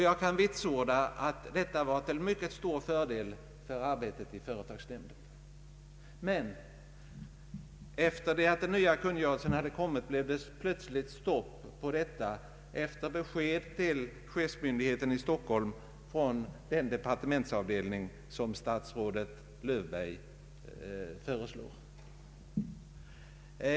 Jag kan vitsorda att detta var till mycket stor fördel för arbetet i företagsnämnden. Men efter det att den nya kungörelsen hade kommit, blev det plötsligt stopp på detta efter besked till chefsmyndigheten i Stockholm från den departementsavdelning som statsrådet Löfberg förestår.